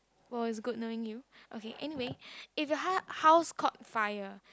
!wow! it is good knowing you okay anyway if your house caught fire